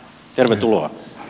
tervetuloa